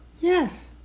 Yes